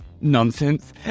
nonsense